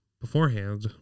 beforehand